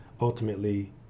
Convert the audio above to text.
ultimately